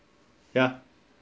ya